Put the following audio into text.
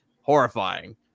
Horrifying